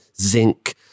zinc